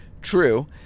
true